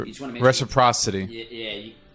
reciprocity